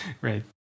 right